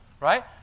right